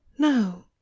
no